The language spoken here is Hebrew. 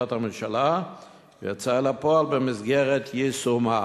הממשלה ויצא אל הפועל במסגרת יישומה.